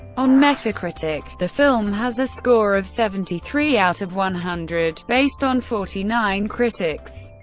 on metacritic, the film has a score of seventy three out of one hundred, based on forty nine critics,